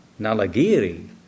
Nalagiri